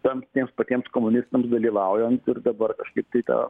ten tiems patiems komunistams dalyvaujant ir dabar kažkaip tai tą